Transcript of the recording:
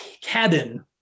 cabin